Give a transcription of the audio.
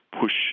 push